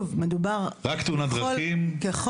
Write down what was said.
רק תאונת דרכים.